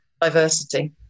diversity